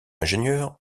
ingénieur